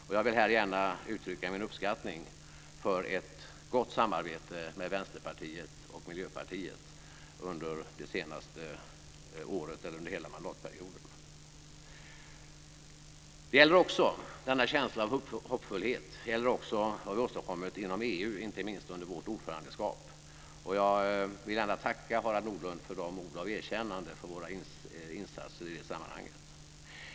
Och jag vill här gärna uttrycka min uppskattning för ett gott samarbete med Vänsterpartiet med Miljöpartiet under hela mandatperioden. Denna känsla av hoppfullhet gäller också vad vi har åstadkommit inom EU, inte minst under vårt ordförandeskap. Och jag vill gärna tacka Harald Nordlund för hans ord av erkännande för våra insatser i detta sammanhang.